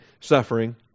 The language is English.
suffering